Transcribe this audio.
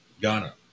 Ghana